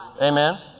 Amen